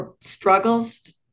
struggles